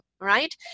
right